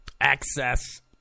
access